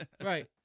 Right